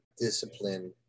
discipline